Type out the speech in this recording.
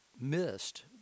missed